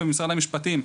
של ועדת חריש,